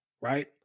right